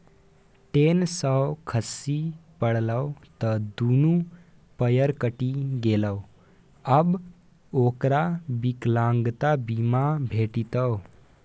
ten सँ खसि पड़लै त दुनू पयर कटि गेलै आब ओकरा विकलांगता बीमा भेटितै